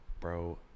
bro –